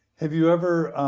have you ever